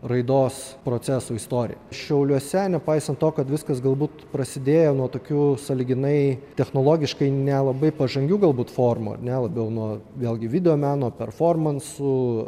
raidos procesų istorija šiauliuose nepaisant to kad viskas galbūt prasidėjo nuo tokių sąlyginai technologiškai nelabai pažangių galbūt formų ar ne labiau nuo vėlgi videomeno performansų